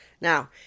Now